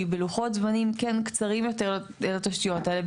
בלוחות זמנים כן קצרים יותר לתשתיות האלה,